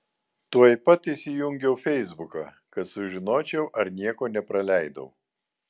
tuoj pat įsijungiau feisbuką kad sužinočiau ar nieko nepraleidau